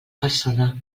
persona